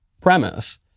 premise